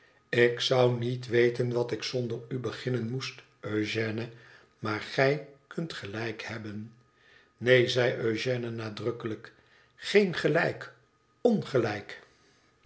ik zou niet weten wat ik zonder u beginnen moest eugène maar gij kunt gelijk hebben neen zei eugène nadrukkelijk geen gelijk ongelijk